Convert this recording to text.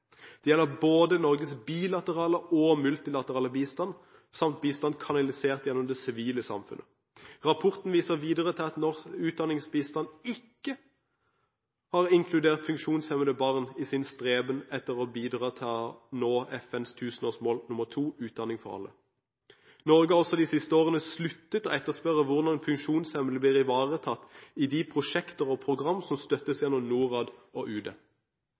Det gjelder både Norges bilaterale og multilaterale bistand samt bistand kanalisert gjennom det sivile samfunn. Rapporten viser videre til at norsk utdanningsbistand ikke har inkludert funksjonshemmede barn i sin streben etter å bidra til å nå FNs tusenårsmål 2: Sikre utdanning for alle. Norge har også de siste årene sluttet å etterspørre hvordan funksjonshemmede blir ivaretatt i de prosjekter og programmer som støttes av Norad og UD.